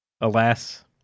Alas